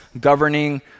governing